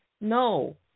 No